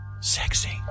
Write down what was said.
sexy